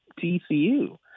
TCU